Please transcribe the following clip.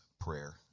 prayer